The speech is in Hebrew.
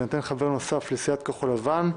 יינתן חבר נוסף לסיעת כחול לבן,